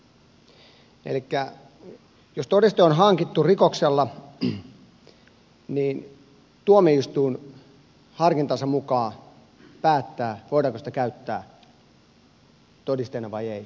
elikkä jos todiste on hankittu rikoksella niin tuomioistuin harkintansa mukaan päättää voidaanko sitä käyttää todisteena vai ei